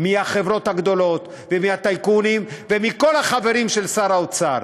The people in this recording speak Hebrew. מהחברות הגדולות ומהטייקונים ומכל החברים של שר האוצר,